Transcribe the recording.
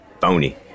phony